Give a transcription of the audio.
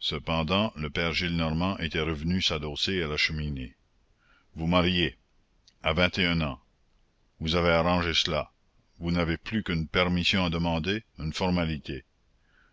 cependant le père gillenormand était revenu s'adosser à la cheminée vous marier à vingt et un ans vous avez arrangé cela vous n'avez plus qu'une permission à demander une formalité